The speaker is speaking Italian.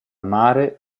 mare